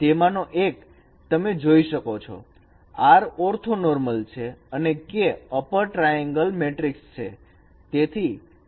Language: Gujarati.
તેમાંનો એક તમે જોઈ શકો છો R ઓર્થોનોર્મલ છે અને K અપર ટ્રાયેંગલ મેટ્રિકસ છે